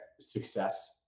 success